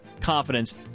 confidence